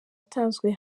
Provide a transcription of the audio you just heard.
atanzwe